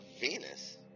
Venus